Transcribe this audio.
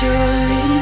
Surely